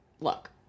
look